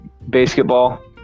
Basketball